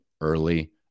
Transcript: early